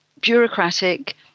bureaucratic